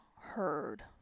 heard